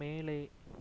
மேலே